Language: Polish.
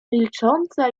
milcząca